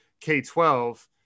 K-12